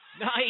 Nice